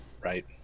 right